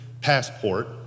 passport